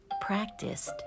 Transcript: practiced